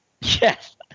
Yes